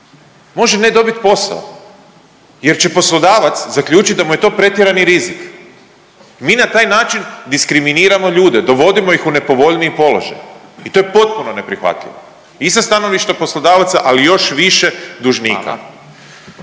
može ne dobit posao, jer će poslodavac zaključiti da mu je to pretjerani rizik. Mi na taj način diskriminiramo ljude, dovodimo ih u nepovoljniji položaj i to je potpuno neprihvatljivo i sa stanovišta poslodavaca, ali još više dužnika.